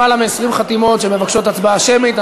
למעלה מ-20 חתימות שמבקשות הצבעה שמית.